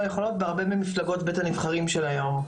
יכולות בהרבה ממפלגות בית הנבחרים של היום.